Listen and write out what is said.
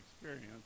experience